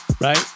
right